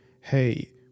hey